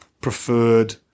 preferred